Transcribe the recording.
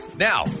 Now